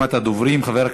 שבית-המחוקקים ישדר מסר לחברה